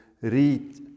read